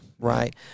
Right